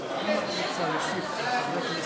חברי כנסת בעד, אין מתנגדים, אין נמנעים.